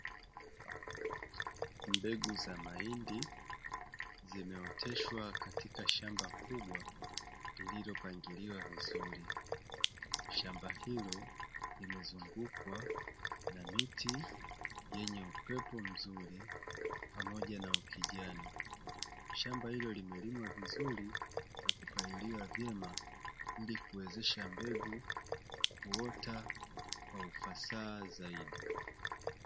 Mbegu za mahindi zimeoteshwa katika shamba kubwa lililopangiliwa vizuri shamba hilo limezungukwa na miti, yenye upepo mzuri pamoja na ukijani shamba hilo limelimwa vizuri na kupaliliwa vyema, ili kuwezesha mbegu kuota kwa ufasaha zaidi.